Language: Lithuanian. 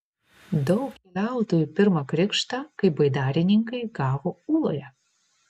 daug keliautojų pirmą krikštą kaip baidarininkai gavo ūloje